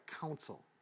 council